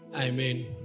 Amen